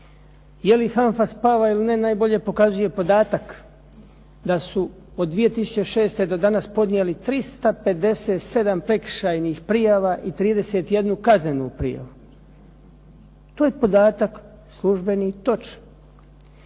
Je li HANFA spava ili ne najbolje pokazuje podatak da su od 2006. do danas podnijeli 357 prekršajnih prijava i 31 kaznenu prijavu. To je podatak služben i točan.